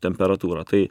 temperatūrą tai